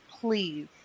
please